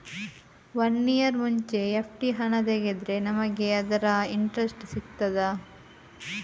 One year ಮುಂಚೆ FD ಹಣ ತೆಗೆದ್ರೆ ನಮಗೆ ಅದರ ಇಂಟ್ರೆಸ್ಟ್ ಸಿಗ್ತದ?